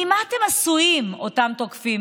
ממה אתם עשויים, אותם תוקפים?